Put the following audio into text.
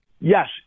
Yes